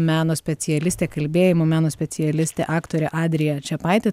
meno specialistė kalbėjimo meno specialistė aktorė adrija čepaitė